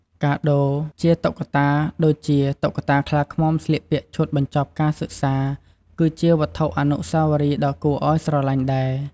កាដូជាតុក្កតា ដូចជា តុក្កតាខ្លាឃ្មុំស្លៀកពាក់ឈុតបញ្ចប់ការសិក្សា គឺជាវត្ថុអនុស្សាវរីយ៍ដ៏គួរឱ្យស្រឡាញ់ដែរ។